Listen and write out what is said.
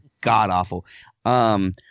god-awful